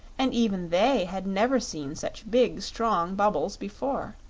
and even they had never seen such big, strong bubbles before.